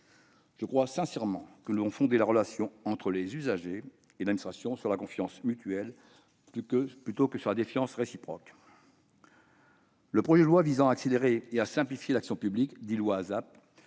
Je crois sincèrement que nous devons fonder la relation entre les usagers et l'administration sur la confiance mutuelle plutôt que sur la défiance réciproque. Le projet de loi d'accélération et de simplification de l'action publique (ASAP),